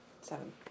Seven